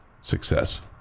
success